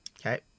Okay